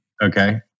Okay